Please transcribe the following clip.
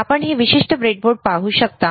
आपण हे विशिष्ट ब्रेडबोर्ड पाहू शकता